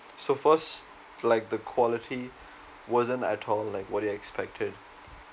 so first like the quality wasn't at all like what you expected